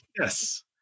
Yes